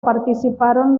participaron